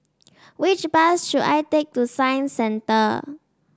which bus should I take to Science Centre